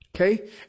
Okay